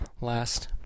last